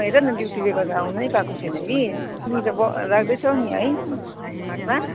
म हेर न ड्युटीले गर्दा आउनै पएको छुइनँ कि तिमी त राख्दैछौ नि है हाटमा